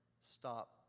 stop